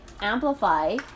amplify